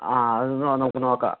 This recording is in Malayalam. ആ അതൊന്ന് നമുക്ക് നോക്കാം